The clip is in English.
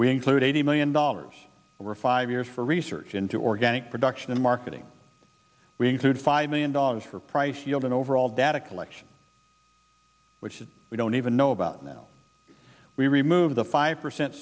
we include eighty million dollars over five years for research into organic production and marketing we include five million dollars for price field and overall data collection which we don't even know about now we remove the five percent